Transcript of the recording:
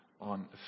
on